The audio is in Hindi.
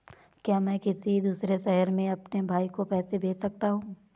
क्या मैं किसी दूसरे शहर में अपने भाई को पैसे भेज सकता हूँ?